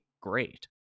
great